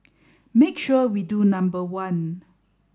make sure we do number one